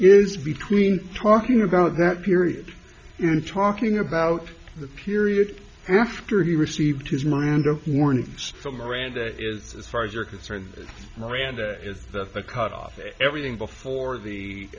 is between talking about that period and talking about the period after he received his miranda warnings still miranda is as far as you're concerned miranda is that a cut off everything before the